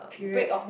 period